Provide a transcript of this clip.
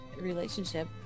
relationship